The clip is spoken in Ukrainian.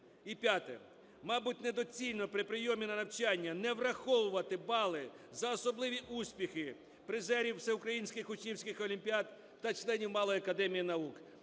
І п'яте. Мабуть, недоцільно при прийомі на навчання не враховувати бали за особливі успіхи призерів всеукраїнських учнівських олімпіад та членів Малої академії наук.